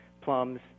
plums